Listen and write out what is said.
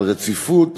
על רציפות